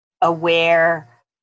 aware